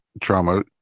trauma